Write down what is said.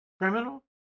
criminal